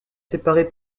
séparées